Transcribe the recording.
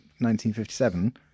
1957